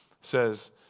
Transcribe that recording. says